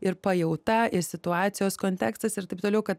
ir pajauta ir situacijos kontekstas ir taip toliau kad